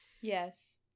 Yes